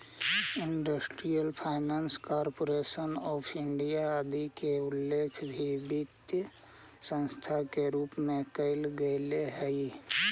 industrial finance corporation of India आदि के उल्लेख भी वित्तीय संस्था के रूप में कैल गेले हइ